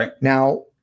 Now